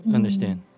Understand